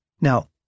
Now